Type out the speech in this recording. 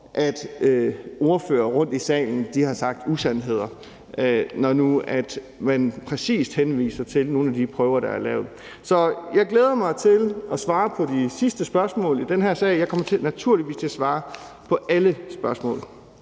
at ordførere rundt i salen har sagt usandheder, når der nu præcis henvises til nogle af de prøver, der er lavet. Så jeg glæder mig til at svare på de sidste spørgsmål i den her sag. Jeg kommer naturligvis til at svare på alle spørgsmål.